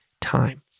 time